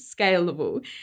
scalable